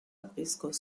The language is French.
briscoe